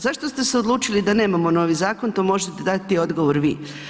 Zašto ste se odlučili da nemamo novi zakon to možete dati odgovor vi.